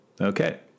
Okay